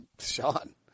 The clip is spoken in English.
Sean